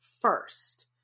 First